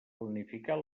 planificat